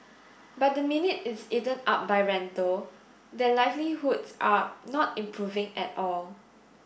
but the minute it's eaten up by rental their livelihoods are not improving at all